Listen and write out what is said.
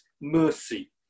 mercy